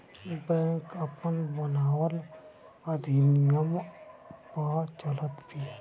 bank आपन बनावल अधिनियम पअ चलत बिया